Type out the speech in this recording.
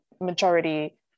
majority